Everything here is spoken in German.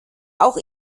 auch